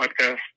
podcast